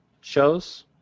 shows